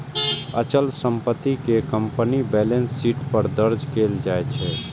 अचल संपत्ति कें कंपनीक बैलेंस शीट पर दर्ज कैल जाइ छै